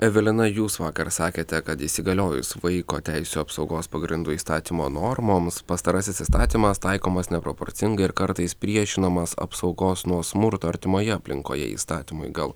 evelina jūs vakar sakėte kad įsigaliojus vaiko teisių apsaugos pagrindų įstatymo normoms pastarasis įstatymas taikomas neproporcingai ir kartais priešinamas apsaugos nuo smurto artimoje aplinkoje įstatymui gal